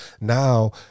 now